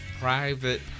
Private